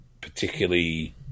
particularly –